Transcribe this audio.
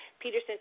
Peterson